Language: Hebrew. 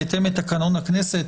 בהתאם לתקנון הכנסת,